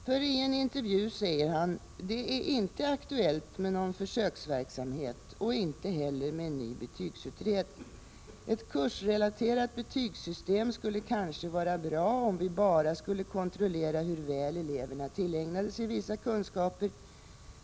I en tidningsintervju säger han: ”Det är inte aktuellt med någon försöksverksamhet och inte heller med en ny betygsutredning. Ett kursrelaterat betygssystem skulle kanske vara bra om vi bara skulle kontrollera hur väl eleverna tillägnade sig vissa kunskaper.